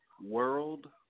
world